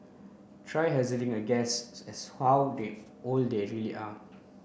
try hazarding a guess as how old old they really are